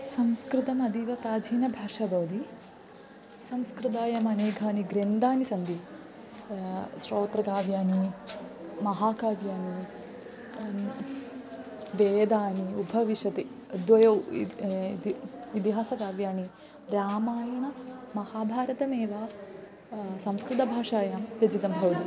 संस्कृतमतीव प्राचीनभाषा भवति संस्कृतायामनेकाः ग्रन्थाः सन्ति श्रोत्रकाव्यानि महाकाव्यानि वेदाः उभविषदः द्वयौ इति इतिहासकाव्ये रामायणमहाभारतमेव संस्कृतभाषायां रेचितं भवति